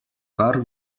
kar